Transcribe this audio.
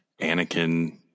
Anakin